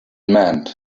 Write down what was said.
meant